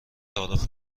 تعارف